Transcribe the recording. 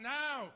now